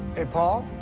hey, paul?